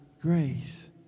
grace